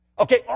Okay